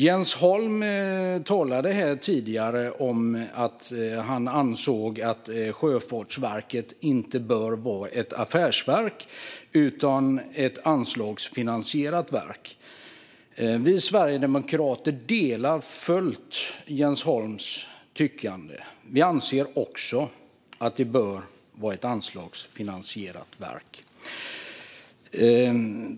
Jens Holm talade tidigare om att han ansåg att Sjöfartsverket inte bör vara ett affärsverk utan ett anslagsfinansierat verk, och vi sverigedemokrater delar Jens Holms åsikt fullt ut. Vi anser också att det bör vara ett anslagsfinansierat verk.